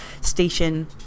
station